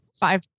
five